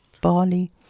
barley